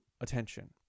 attention